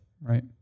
Right